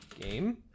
Game